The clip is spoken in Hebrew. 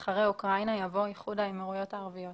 אחרי "אוקראינה" יבוא "איחוד האמירויות הערביות".